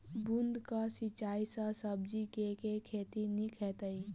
बूंद कऽ सिंचाई सँ सब्जी केँ के खेती नीक हेतइ?